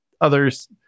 others